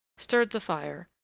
stirred the fire,